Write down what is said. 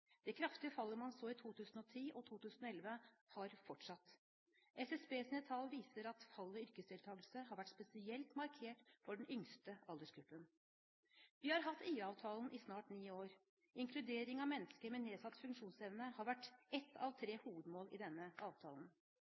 Det kraftige fallet man så i 2010 og 20l1, har fortsatt. SSBs tall viser at fallet i yrkesdeltagelse har vært spesielt markert for den yngste aldersgruppen. Vi har hatt IA-avtalen i snart ni år. Inkludering av mennesker med nedsatt funksjonsevne har vært ett av tre hovedmål i denne avtalen.